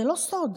זה לא סוד.